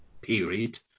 period